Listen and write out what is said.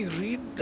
read